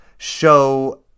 show